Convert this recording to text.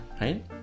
Right